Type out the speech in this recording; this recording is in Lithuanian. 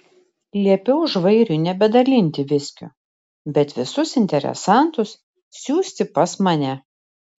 liepiau žvairiui nebedalinti viskio bet visus interesantus siųsti pas mane